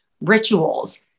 rituals